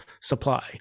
supply